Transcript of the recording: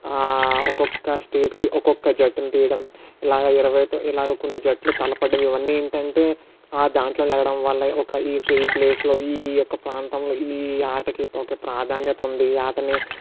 ఒక్కొక్క స్టేట్కి ఒక్కొక్క జట్టును తీయడం ఇలాగా ఇరవైతో ఇలాగ కొన్ని జట్లు తలపడం ఇవన్నీ ఏంటి అంటే ఆ దాంట్లో లెగడం వల్ల ఒక ఈ ప్లేస్లో ఈ యొక్క ప్రాంతంలో ఈ ఆటకి ఒక ప్రాధాన్యత ఉంది ఈ ఆటని